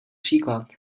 příklad